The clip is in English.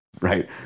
Right